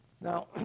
Now